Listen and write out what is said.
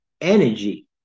energy